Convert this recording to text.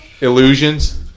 Illusions